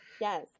Yes